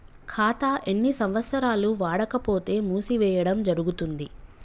ఖాతా ఎన్ని సంవత్సరాలు వాడకపోతే మూసివేయడం జరుగుతుంది?